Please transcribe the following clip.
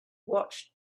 watched